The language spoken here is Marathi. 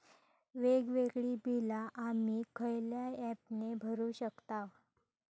वेगवेगळी बिला आम्ही खयल्या ऍपने भरू शकताव?